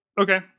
Okay